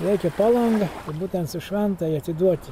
laikė palangą ir būtent su šventaja atiduoti